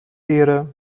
ehre